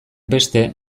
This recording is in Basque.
beste